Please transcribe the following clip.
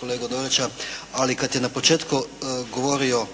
kolegu Dorića ali kad je na početku govorio